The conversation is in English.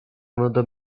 another